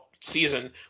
season